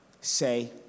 Say